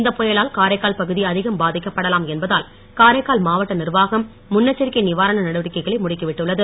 இந்த புயலால் காரைக்கால் பகுதி அதிகம் பாதிக்கப்படலாம் என்பதால் காரைக்கால் மாவட்ட நிர்வாகம் முன்னெச்சரிக்கை நிவாரணை நடவடிக்கைகளை முடுக்கிவிட்டுள்ளது